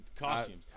costumes